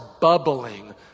bubbling